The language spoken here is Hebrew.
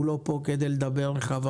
הוא לא נמצא כאן כדי לדבר וחבל,